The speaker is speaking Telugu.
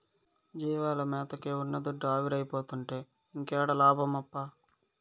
జీవాల మేతకే ఉన్న దుడ్డు ఆవిరైపోతుంటే ఇంకేడ లాభమప్పా